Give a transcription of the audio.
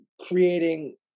creating